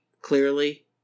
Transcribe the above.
Clearly